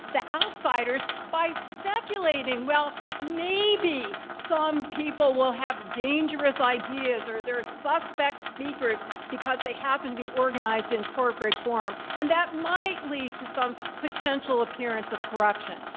the outsiders, by speculating, well, maybe some people will have dangerous ideas, or they're suspect speakers because they happen to be organized in corporate form. and that might lead to some potential appearance of corruption.